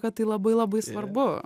kad tai labai labai svarbu